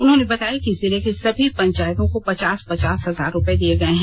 उन्होंने बताया कि जिले के सभी पंचायतों को पचास पचास हजार रुपये दिए गए हैं